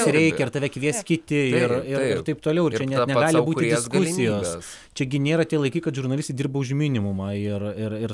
reikia ir tave kvies kiti ir ir taip toliau ir čia net negali būti diskusijos čiagi nėra tie laikai kad žurnalistai dirba už minimumą ir ir